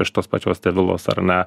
iš tos pačios tevilos ar ne